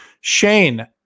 Shane